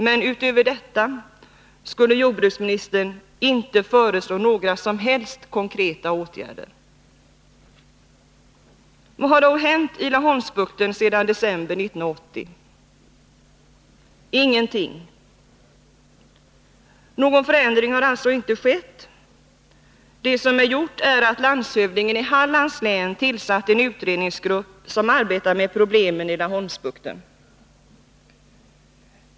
Men utöver detta skulle jordbruksministern inte föreslå några som helst konkreta åtgärder. Vad har då hänt i Laholmsbukten sedan december 1980? Ingenting. Någon förändring har alltså inte skett. Det som är gjort är att landshövdingen i Hallands län tillsatt en utredningsgrupp som arbetar med problemen i Laholmsbukten.